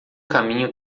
caminho